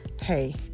Hey